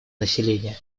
населения